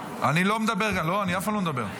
--- אני לא מדבר כאן, לא, אני אף פעם לא מדבר.